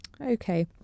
Okay